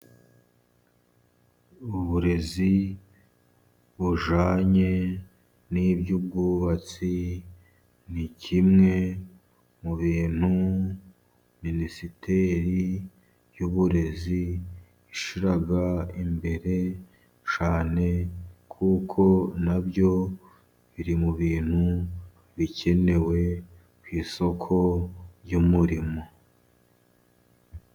Uburezi bujyanye n'iby' ubwubatsi, ni kimwe mu bintu minisiteri y'uburezi ishyira imbere cyane, kuko na byo biri mu bintu bikenewe ku isoko ry'umurimo.